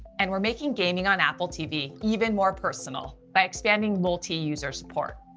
and we're making gaming on apple tv even more personal by expanding multiuser support.